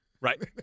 Right